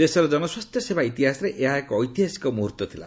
ଦେଶର ଜନସ୍ୱାସ୍ଥ୍ୟ ସେବା ଇତିହାସରେ ଏହା ଏକ ଐତିହାସିକ ମୁହର୍ତ୍ତ ଥିଲା